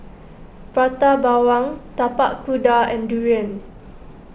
Prata Bawang Tapak Kuda and Durian